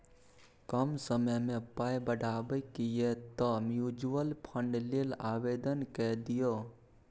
कम समयमे पाय बढ़ेबाक यै तँ म्यूचुअल फंड लेल आवेदन कए दियौ